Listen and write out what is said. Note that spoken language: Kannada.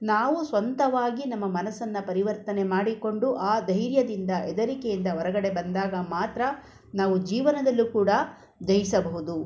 ನಾವು ಸ್ವಂತವಾಗಿ ನಮ್ಮ ಮನಸ್ಸನ್ನು ಪರಿವರ್ತನೆ ಮಾಡಿಕೊಂಡು ಆ ಧೈರ್ಯದಿಂದ ಹೆದರಿಕೆಯಿಂದ ಹೊರಗಡೆ ಬಂದಾಗ ಮಾತ್ರ ನಾವು ಜೀವನದಲ್ಲೂ ಕೂಡ ಜಯಿಸಬಹುದು